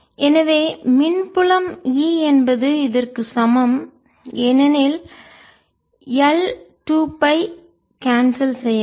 எனவே மின் புலம் E என்பது இதற்கு சமம் ஏனெனில் எல் 2 பை கான்செல் செய்யப்படும்